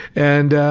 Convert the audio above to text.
and